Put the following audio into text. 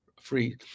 free